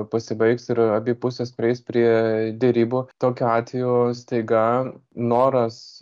pasibaigs ir abi pusės prieis prie derybų tokiu atveju staiga noras